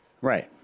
right